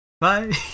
bye